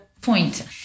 point